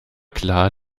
klar